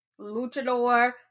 Luchador